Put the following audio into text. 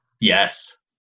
yes